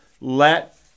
let